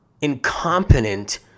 incompetent